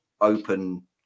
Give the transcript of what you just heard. open